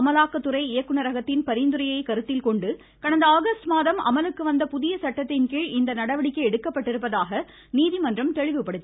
அமலாக்கத்துறை இயக்குநரகத்தின் பரிந்துரையை கருத்தில்கொண்டு கடந்த ஆகஸ்டுமாதம் அமலுக்கு புதிய சட்டத்தின்கீழ் வந்த இந்நடவடிக்கை எடுக்கப்பட்டுள்ளதாக நீதிமன்றம் தெளிவுபடுத்தியுள்ளது